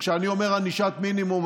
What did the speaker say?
כשאני אומר ענישת מינימום,